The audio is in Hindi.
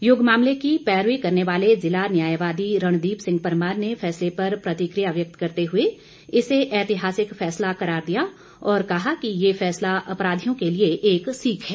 युग मामले की पैरवी करने वाले जिला न्यायवादी रणदीप सिंह परमार ने फैसले पर प्रतिकिय व्यक्त करते हुए इसे ऐतिहासिक फैसला करार दिया और कहा कि ये फैसला अपराधियों के लिए एक सीख है